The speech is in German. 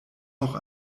noch